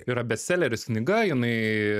yra bestseleris knyga jinai